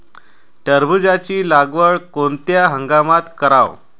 टरबूजाची लागवड कोनत्या हंगामात कराव?